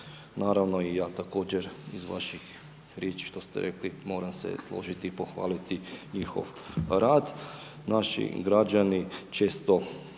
Naravno i ja također iz vaših riječi što ste rekli moram se složiti i pohvaliti njihov rad, naši građani često